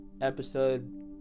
episode